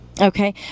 Okay